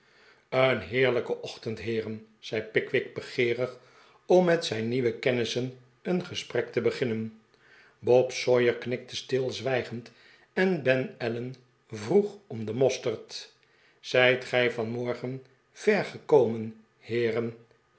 een heerlijke ochtend heeren zei pickwick begeerig om met zijn nieuwe kennissen een gesprek te beginnen bob sawyer knikte stilzwijgend en ben allen vroeg cm den mosterd zijt gij vanmorgen ver gekomen heeren